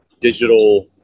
digital